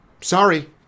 Sorry